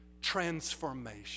transformation